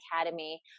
Academy